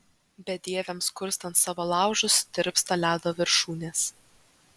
bedieviams kurstant savo laužus tirpsta ledo viršūnės